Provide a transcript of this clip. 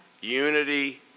unity